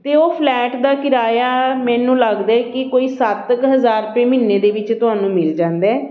ਅਤੇ ਉਹ ਫਲੈਟ ਦਾ ਕਿਰਾਇਆ ਮੈਨੂੰ ਲੱਗਦਾ ਕਿ ਕੋਈ ਸੱਤ ਕੁ ਹਜ਼ਾਰ ਰੁਪਏ ਮਹੀਨੇ ਦੇ ਵਿੱਚ ਤੁਹਾਨੂੰ ਮਿਲ ਜਾਂਦਾ